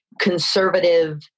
conservative